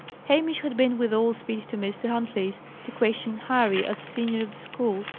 hamish had been with all speed to mr. huntley's, to question harry, as senior of the school,